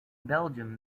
belgium